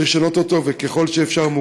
צריך לשנות אותו, ומוקדם ככל שאפשר,